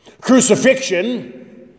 Crucifixion